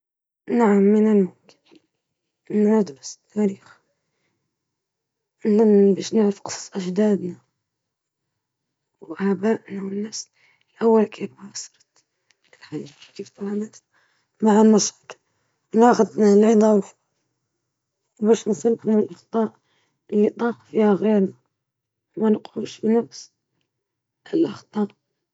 دراسة التاريخ مهمة لأنها تساعد في فهم كيفية تطور المجتمع وتجنب الأخطاء السابقة، المعرفة التاريخية تعزز الفهم الثقافي والهوية الوطنية.